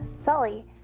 Sully